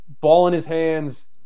ball-in-his-hands